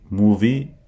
movie